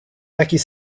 takiej